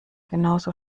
genauso